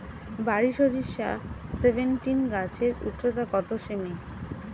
বারি সরিষা সেভেনটিন গাছের উচ্চতা কত সেমি?